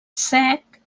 sec